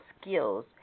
skills